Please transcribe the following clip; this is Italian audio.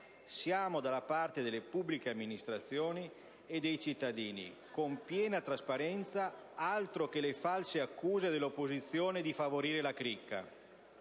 Siamo dalla parte delle pubbliche amministrazioni e dei cittadini con piena trasparenza; altro che le false accuse dell'opposizione di favorire la cricca!